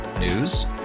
News